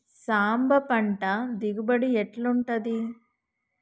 సాంబ పంట దిగుబడి ఎట్లుంటది?